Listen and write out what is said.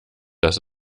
dass